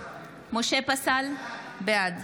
בעד